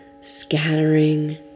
scattering